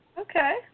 Okay